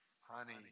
honey